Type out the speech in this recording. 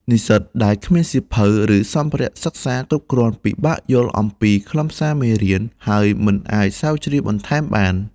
និស្សិតដែលគ្មានសៀវភៅ ឬសម្ភារៈសិក្សាគ្រប់គ្រាន់ ពិបាកយល់អំពីខ្លឹមសារមេរៀន ហើយមិនអាចស្រាវជ្រាវបន្ថែមបាន។